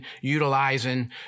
utilizing